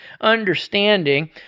understanding